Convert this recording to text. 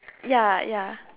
ya ya